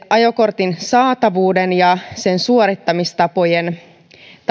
ajokortin saatavuuden ja sen suorittamistapojen